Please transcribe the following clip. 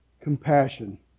compassion